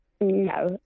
No